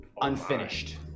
unfinished